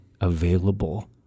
available